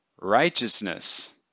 righteousness